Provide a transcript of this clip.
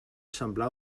semblar